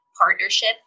partnership